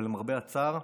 אבל למרבה הצער,